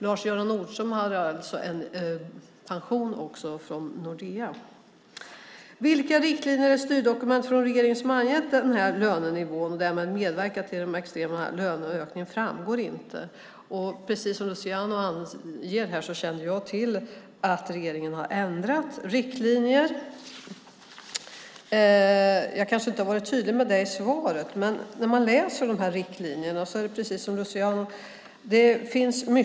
Lars Göran Nordström hade också en pension från Nordea. Vilka riktlinjer i styrdokumentet från regeringen som har angett lönenivån och därmed medverkat till de extrema löneökningarna framgår inte. Precis som Luciano Astudillo anger här kände jag till att regeringen har ändrat riktlinjer. Jag kanske inte var tydlig med det i interpellationen. När man läser riktlinjerna är det precis som Luciano Astudillo säger.